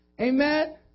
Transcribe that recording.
Amen